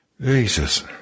Jesus